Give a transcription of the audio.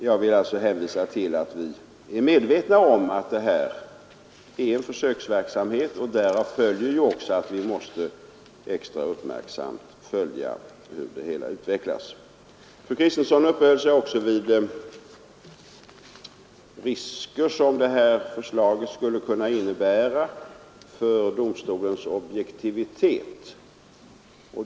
Jag vill alltså hänvisa till att vi är medvetna om att det här är en försöksverksamhet. Därav framgår också att vi måste extra uppmärksamt följa hur det hela utvecklas. Fru Kristensson uppehöll sig också vid risker som det här förslaget skulle kunna innebära för domstolens objektivitet.